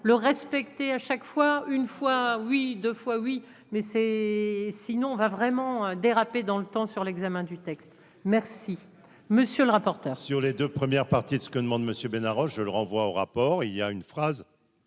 Le respecter, à chaque fois une fois oui 2 fois oui mais c'est, sinon on va vraiment déraper dans le temps sur l'examen du texte, merci monsieur le rapport. Sur les 2 premières parties de ce que demande Monsieur Bénard je le renvoie au rapport il y a une phrase